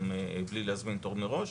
גם בלי להזמין תור מראש,